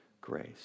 grace